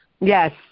Yes